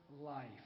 life